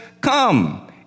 come